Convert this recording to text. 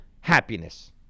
happiness